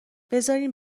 بذارین